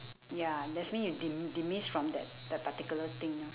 ya that's means you de~ demise from that that particular thing lor